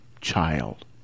child